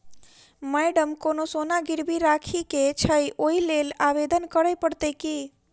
Madam सोना गिरबी राखि केँ छैय ओई लेल आवेदन करै परतै की?